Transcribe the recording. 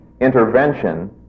intervention